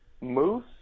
moose